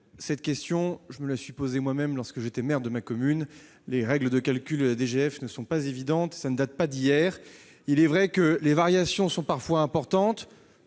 cette question, je me la suis posée moi-même lorsque j'étais maire de ma commune : les règles de calcul de la DGF ne sont pas évidentes, et cela ne date pas d'hier. Il est vrai que les variations sont parfois importantes